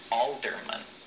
alderman